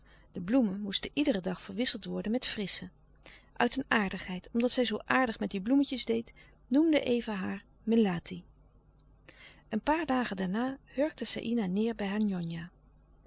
de bloemen moesten iederen dag verwisseld worden met frissche uit een aardigheid omdat zij zoo aardig met die bloemetjes deed noemde eva haar melati een paar dagen daarna hurkte saïna neêr bij